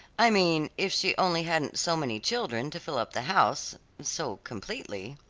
i mean if she only hadn't so many children to fill up the house, so completely.